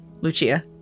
Lucia